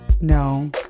No